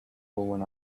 when